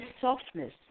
softness